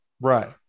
Right